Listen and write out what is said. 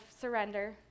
surrender